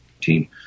team